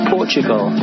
Portugal